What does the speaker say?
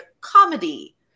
comedy